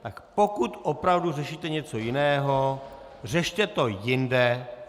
Tak pokud opravdu řešíte něco jiného, řešte to jinde.